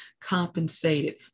compensated